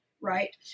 right